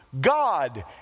God